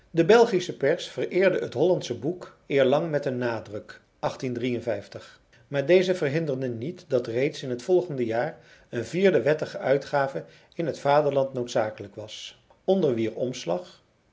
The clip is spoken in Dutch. de belgische pers vereerde het hollandsche boek eerlang met een nadruk maar deze verhinderde niet dat reeds in het volgende jaar een vierde wettige uitgave in het vaderland noodzakelijk was onder wier omslag